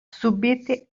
subite